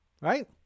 right